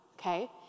okay